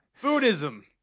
Buddhism